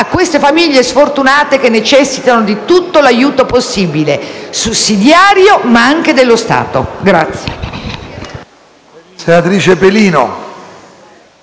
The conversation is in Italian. a queste famiglie sfortunate che necessitano di tutto l'aiuto possibile, sussidiario, ma anche dello Stato. *(Applausi della